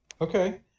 Okay